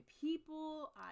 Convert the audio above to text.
people